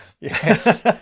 Yes